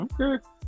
Okay